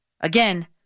Again